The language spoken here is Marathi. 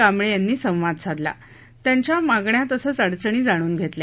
कांबळे यांनी संवाद साधून त्यांच्या मागण्या तसचं अडचणी जाणून घेतल्या